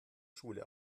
schule